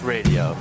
Radio